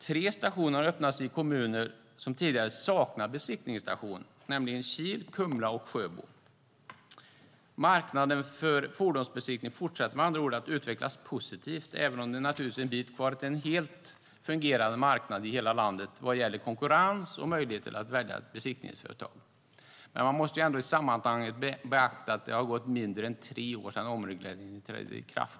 Tre stationer har öppnats i kommuner som tidigare saknade besiktningsstation, nämligen Kil, Kumla och Sjöbo. Marknaden för fordonsbesiktning fortsätter med andra ord att utvecklas positivt, även om det är en bit kvar till en helt fungerande marknad i hela landet vad gäller konkurrens och möjlighet att välja besiktningsföretag. Man måste ändå i sammanhanget beakta att det har gått mindre än tre år sedan omregleringen trädde i kraft.